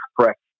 correct